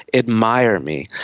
admire me'.